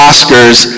Oscars